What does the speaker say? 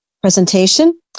presentation